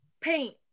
Paint